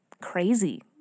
crazy